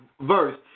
verse